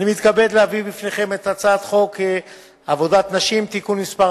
אני מתכבד להביא בפניכם את הצעת חוק עבודת נשים (תיקון מס'